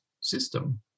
system